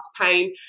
pain